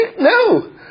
No